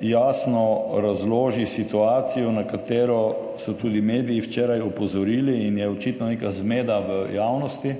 jasno razloži situacijo, na katero so tudi mediji včeraj opozorili in je očitno neka zmeda v javnosti.